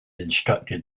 instructed